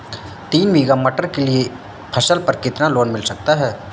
तीन बीघा मटर के लिए फसल पर कितना लोन मिल सकता है?